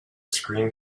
screen